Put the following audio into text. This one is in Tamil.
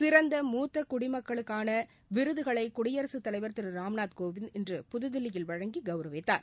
சிறந்த மூத்த குடிமக்களுக்கான விருதுகளை குடியரசுத் தலைவர் திரு ராம்நாத்கோவிந்த் இன்று பதுதில்லியில் வழங்கி கவரவித்தார்